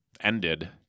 ended